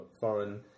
foreign